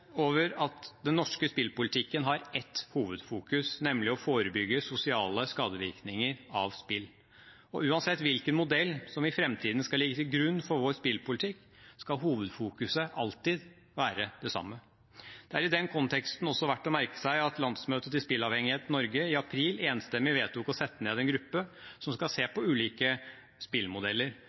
over at den norske spillpolitikken har ett hovedfokus, nemlig å forebygge sosiale skadevirkninger av spill. Uansett hvilken modell som i framtiden skal ligge til grunn for vår spillpolitikk, skal hovedfokuset alltid være det samme. Det er i den konteksten også verdt å merke seg at landsmøtet til Spillavhengighet Norge i april enstemmig vedtok å sette ned en gruppe som skal se på ulike spillmodeller.